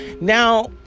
Now